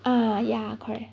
ah ya correct